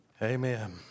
Amen